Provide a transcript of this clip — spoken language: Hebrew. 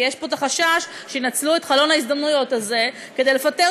כי יש פה חשש שינצלו את חלון ההזדמנויות הזה כדי לפטר